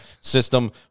system